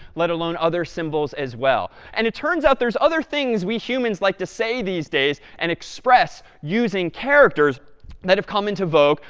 let alone other symbols as well and it turns out there's other things we humans like to say these days and express using characters that have come into vogue,